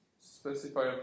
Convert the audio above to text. specify